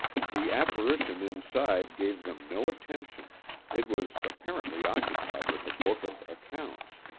the apparition inside gave them no attention it was apparently occupied with a book of accounts.